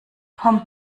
kommt